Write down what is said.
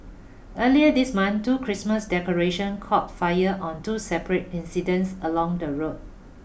earlier this month two Christmas decorations caught fire on two separate incidents along the road